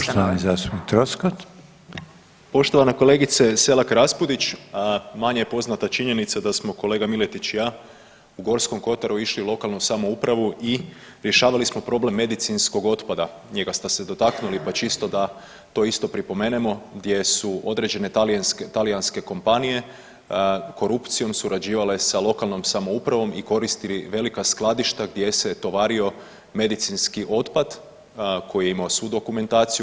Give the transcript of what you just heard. Poštovana kolegice Selak Raspudić, manje je poznata činjenica da smo kolega Miletić i ja u Gorskom kotaru išli u lokalnu samoupravu i rješavali smo problem medicinskog otpada njega ste se dotaknuli, pa čisto da to isto pripomenemo gdje su određene talijanske kompanije korupcijom surađivale sa lokalnom samoupravom i koristili velika skladišta gdje se tovario medicinski otpad koji je imao svu dokumentaciju.